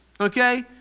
okay